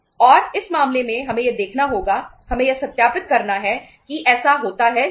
और इस मामले में हमें यह देखना होगा हमें यह सत्यापित करना है कि ऐसा होता है या नहीं